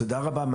תודה רבה.